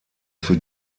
für